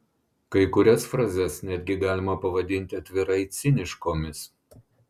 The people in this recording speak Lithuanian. kai kurias frazes netgi galima pavadinti atvirai ciniškomis